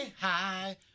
high